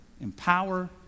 empower